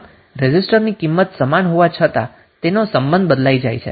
આમ રેઝિસ્ટરની કિંમત સમાન હોવા છતાં તેનો સંબંઘ બદલાઈ જાય છે